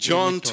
John